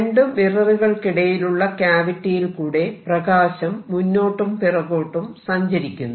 രണ്ടു മിററുകൾക്കിടയിലുള്ള ക്യാവിറ്റിയിൽ കൂടെ പ്രകാശം മുന്നോട്ടും പിറകോട്ടും സഞ്ചരിക്കുന്നു